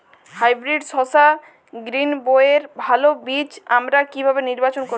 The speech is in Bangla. হাইব্রিড শসা গ্রীনবইয়ের ভালো বীজ আমরা কিভাবে নির্বাচন করব?